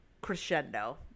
crescendo